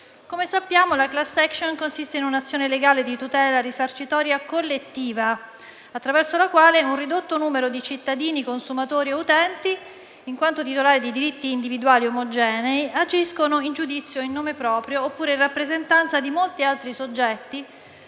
Come sappiamo, la *class action* consiste in un'azione legale di tutela risarcitoria collettiva, attraverso la quale un ridotto numero di cittadini consumatori e utenti, in quanto titolari di diritti individuali omogenei, agisce in giudizio in nome proprio oppure in rappresentanza di molti altri soggetti,